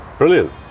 brilliant